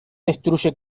destruye